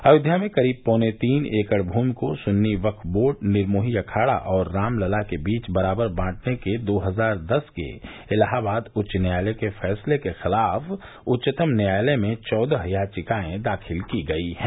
अयोध्या में करीब पौने तीन एकड़ भूमि को सुन्नी वक्फ बोर्ड निर्मोही अखाड़ा और रामलला के बीच बराबर बांटने के दो हजार दस के इलाहाबाद उच्च न्यायालय के फैसले के खिलाफ उच्चतम न्यायालय में चौदह याचिकाएं दाखिल की गई हैं